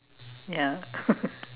ya